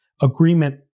agreement